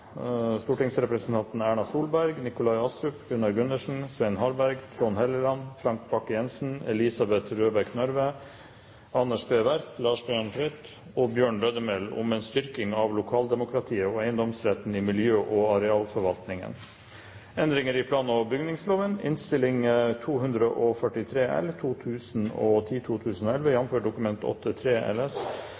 stortingsrepresentantene Erna Solberg, Nikolai Astrup, Gunnar Gundersen, Svein Harberg, Trond Helleland, Frank Bakke Jensen, Elisabeth Røbekk Nørve, Anders B. Werp, Lars Bjarne Tvete og Bjørn Lødemel om en styrking av lokaldemokratiet og eiendomsretten i miljø- og arealforvaltningen. Endringer i plan- og bygningsloven